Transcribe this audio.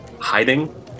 hiding